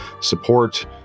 support